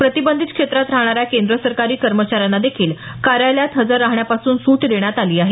प्रतिबंधित क्षेत्रात राहणाऱ्या केंद्र सरकारी कर्मचाऱ्यांना देखील कार्यालयात हजार राहण्यापासून सूट देण्यात आली आहे